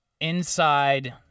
inside –